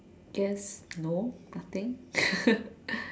I guess no nothing